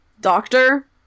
doctor